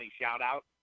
shout-out